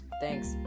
Thanks